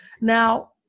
Now